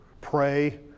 Pray